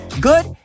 Good